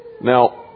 Now